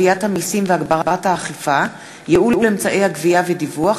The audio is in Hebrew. גביית המסים והגברת האכיפה (ייעול אמצעי הגבייה ודיווח),